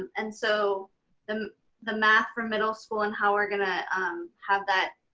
and so the the math for middle school and how we're gonna have that.